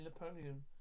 Napoleon